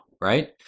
Right